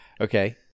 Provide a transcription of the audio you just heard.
Okay